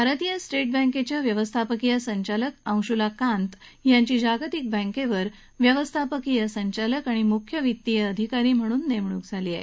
भारतीय स्टेट बँकेच्या व्यवस्थापकीय संचालक अंशुला कांत यांची जागतिक बँकेवर व्यवस्थापकीय संचालक आणि मुख्य वित्तीय अधिकारी म्हणून नेमणूक झाली आहे